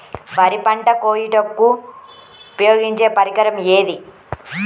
వరి పంట కోయుటకు ఉపయోగించే పరికరం ఏది?